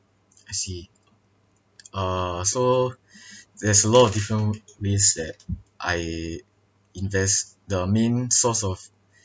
I see uh so there's a lot of different ways that I invest the main source of